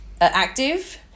active